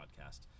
podcast